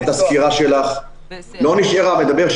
זו הסתכלות לא רק בריאותית אלא גם על אספקטים של כלכלה.